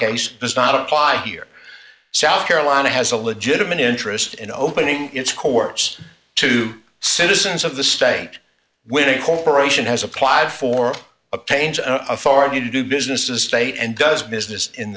case does not apply here south carolina has a legitimate interest in opening its coworkers to citizens of the state with a corporation has applied for a paint authority to do business as state and does business in